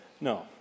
No